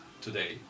today